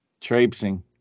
Traipsing